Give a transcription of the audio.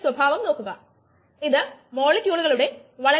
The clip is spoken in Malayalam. അതിനാൽ നാം അതിനെ വോളിയം കൊണ്ട് ഗുണിക്കേണ്ടതുണ്ട്